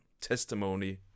testimony